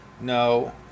No